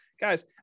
Guys